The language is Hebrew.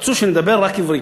רצו שנדבר רק עברית.